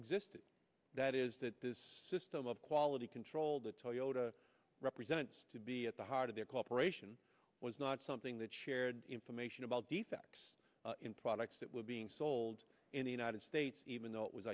existed that is that this system of quality control that toyota represents to be at the heart of their corporation was not something that shared information about defects in products that were being sold in the united states even though it was